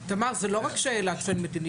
תמר, זאת לא רק שאלה של מדיניות.